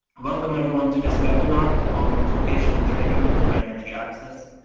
welcome everyone to this webinar on vocational training for energy access.